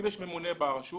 אם יש ממונה ברשות